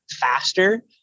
faster